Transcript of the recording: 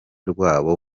rwabo